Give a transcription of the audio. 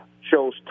shows